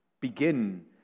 begin